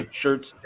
shirts